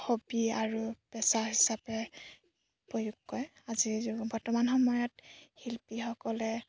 hobby আৰু পেচা হিচাপে প্ৰয়োগ কৰে আজিৰ য বৰ্তমান সময়ত শিল্পীসকলে